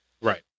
Right